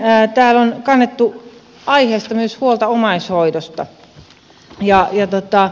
täällä on kannettu aiheesta huolta myös omaishoidosta